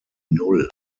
null